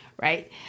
Right